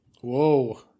Whoa